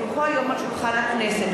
כי הונחו היום על שולחן הכנסת,